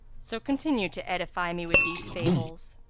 so continue to edify me with these fables.